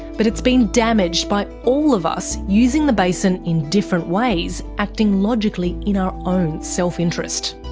but it's been damaged by all of us using the basin in different ways, acting logically in our own self-interest.